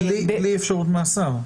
בלי אפשרות מאסר.